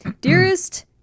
Dearest